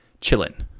Chillin